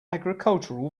agricultural